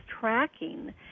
tracking